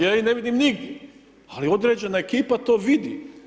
Ja ih ne vidim nigdje, ali određena ekipa to vidi.